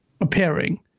appearing